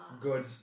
good